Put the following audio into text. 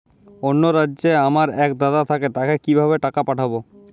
অন্য রাজ্যে আমার এক দাদা থাকে তাকে কিভাবে টাকা পাঠাবো?